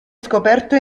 scoperto